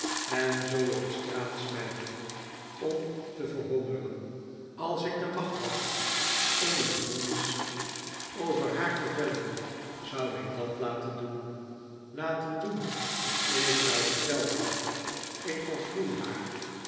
en zoo op straat smijten om te verhongeren als ik de macht had om een vonnis over haar te vellen zou ik dat laten doen laten doen ik zou het zelf doen ik verfoei haar